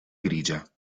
grigia